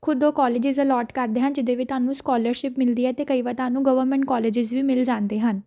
ਖੁਦ ਉਹ colleges allot ਕਰਦੇ ਹਨ ਜਿਹਦੇ ਵਿੱਚ ਤੁਹਾਨੂੰ ਸਕੋਲਰਸ਼ਿਪ ਮਿਲਦੀ ਹੈ ਅਤੇ ਕਈ ਵਾਰ ਤੁਹਾਨੂੰ ਗਵਰਮੈਂਟ ਕੋਲਜਿਸ ਵੀ ਮਿਲ ਜਾਂਦੇ ਹਨ